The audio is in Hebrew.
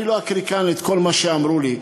אני לא אקריא את מה שאמרו לי,